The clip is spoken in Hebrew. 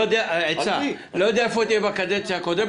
עצה אני לא יודע איפה תהיה בקדנציה הבאה,